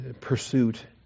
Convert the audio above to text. pursuit